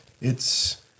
It's-